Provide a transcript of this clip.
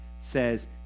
says